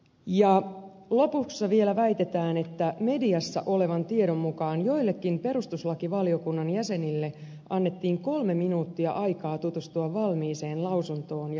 ja lopussa vielä väitetään että mediassa olevan tiedon mukaan joillekin perustuslakivaliokunnan jäsenille annettiin kolme minuuttia aikaa tutustua valmiiseen lausuntoon ja hyväksyä se